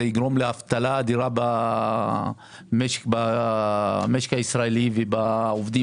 זה יגרום לאבטלה אדירה במשק הישראלי ובעובדים